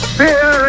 fear